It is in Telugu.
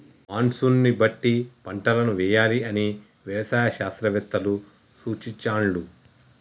మాన్సూన్ బట్టి పంటలను వేయాలి అని వ్యవసాయ శాస్త్రవేత్తలు సూచించాండ్లు